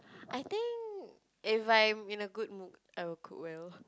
I think if I'm in a good mood I would cook well